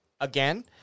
again